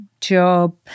job